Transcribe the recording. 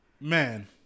man